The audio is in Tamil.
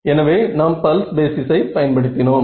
எனவே நாம் பல்ஸ் பேசிஸ் ஐ பயன்படுத்தினோம்